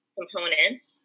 components